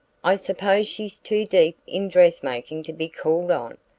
i suppose she's too deep in dress-making to be called on?